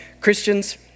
Christians